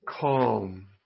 calm